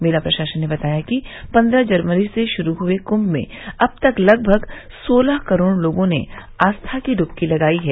मेला प्रशासन ने बताया कि पन्द्रह जनवरी से शुरू हुए कुम्म में अब तक लगभग सोलह करोड़ लोगों ने आस्था की डुबकी लगायी है